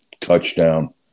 touchdown